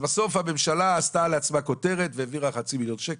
בסוף הממשלה עשתה לעצמה כותרת והעבירה חצי מיליון שקלים,